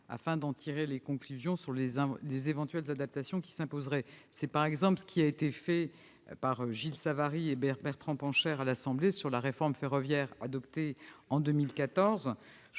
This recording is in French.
afin de tirer des conclusions sur les éventuelles adaptations qui s'imposeraient. C'est par exemple ce qu'ont fait vos collègues députés Gilles Savary et Bertrand Pancher à l'Assemblée nationale sur la réforme ferroviaire adoptée en 2014.